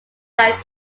that